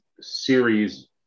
series